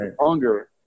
longer